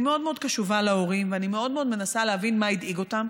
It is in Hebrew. אני מאוד מאוד קשובה להורים ואני מאוד מאוד מנסה להבין מה הדאיג אותם.